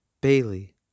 Bailey